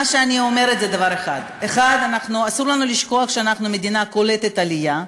מה שאני אומרת זה דבר אחד: אסור לנו לשכוח שאנחנו מדינה קולטת עלייה,